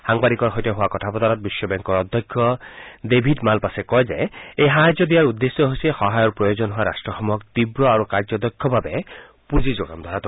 সাংবাদিকৰ সৈতে হোৱা কথা বতৰাত বিশ্ব বেংকৰ অধ্যক্ষ ডেভিড মালপাছে কয় যে এই সাহায্য দিয়াৰ উদ্দেশ্য হৈছে সহায়ৰ প্ৰয়োজন হোৱা ৰাট্টসমূহক তীৱ আৰু কাৰ্যদক্ষভাৱে পুঁজি যোগান ধৰাটো